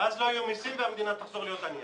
אתה לא יודע, תן נתונים.